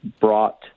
brought